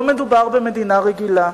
לא מדובר במדינה רגילה.